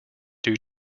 due